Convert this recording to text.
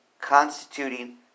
constituting